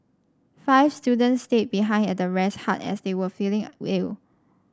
five students stayed behind at the rest hut as they were feeling ill